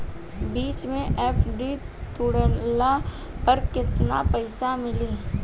बीच मे एफ.डी तुड़ला पर केतना पईसा मिली?